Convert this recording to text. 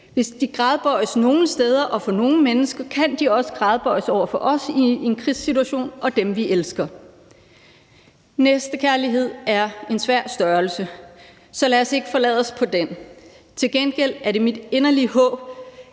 Hvis de gradbøjes nogle steder og for nogle mennesker, kan de også gradbøjes over for os og dem, vi elsker, i en krigssituation. Næstekærlighed er en svær størrelse, så lad os ikke forlade os på den. Til gengæld er det mit inderlige håb,